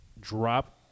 drop